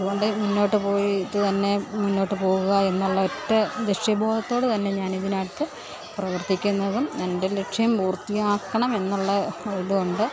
അതുകൊണ്ട് മുന്നോട്ട് പോയി തന്നെ മുന്നോട്ട് പോകുക എന്നുള്ള ഒറ്റ ലക്ഷ്യ ബോധത്തോടെ തന്നെ ഞാൻ ഇതിനകത്ത് പ്രവർത്തിക്കുന്നതും എൻ്റെ ലക്ഷ്യം പൂർത്തിയാക്കണം എന്നുള്ള ഇതുണ്ട്